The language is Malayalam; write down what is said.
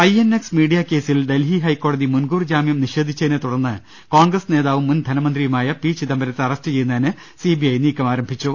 ഐഎൻഎക്സ് മീഡിയ കേസിൽ ഡൽഹി ഹൈക്കോടതി മുൻകൂർ ജാമ്യം നിഷേധിച്ചതിനെ തുടർന്ന് കോൺഗ്രസ് നേതാവും മുൻ ധനമന്ത്രിയുമായ ചിദംബരത്തെ അറസ്റ്റ് ചെയ്യുന്നതിന് സിബിഐ നീക്കം ആരംഭിച്ചു